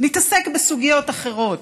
נתעסק בסוגיות אחרות: